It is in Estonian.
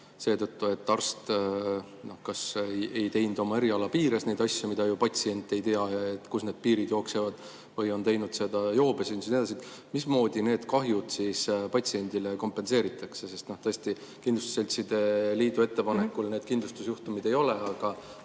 seetõttu, et arst kas ei teinud oma eriala piires neid asju, mida ju patsient ei tea, kus need piirid jooksevad, või on teinud seda joobes, siis mismoodi need kahjud patsiendile kompenseeritakse. Sest tõesti, kindlustusseltside liidu ettepanekul need kindlustusjuhtumid ei ole, aga